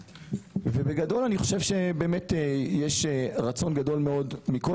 בגדול אני חושב שיש רצון גדול מאוד מכל